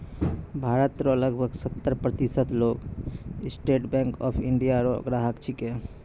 भारत रो लगभग सत्तर प्रतिशत लोग स्टेट बैंक ऑफ इंडिया रो ग्राहक छिकै